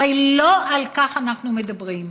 הרי לא על כך אנחנו מדברים.